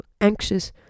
anxious